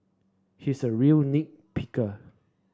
he is a real nit picker